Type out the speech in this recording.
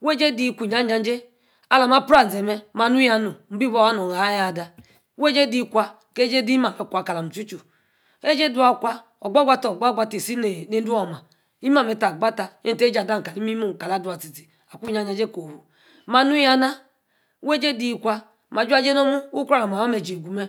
wey-jie de kwa, isa-jie, lah mah, apria-yaza mee manuya nomi mbi ba awa noh, ayaa ada, weyjie de, kwa, kejie de imimemeh kwa kalam chu-chu, wey-jie dona kwa ogbo-gba, ogbo-gba tie-si nede-wormah imimemeh ta gba tah, tie, ejie adam kali imimo-oh, kala, adua, tie-tie akwa ija-jie koho manu, yana wey ejie de, kwa, ma ajua-ajjie nomu, a ukro nama ayor jieju meh